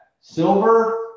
silver